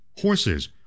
horses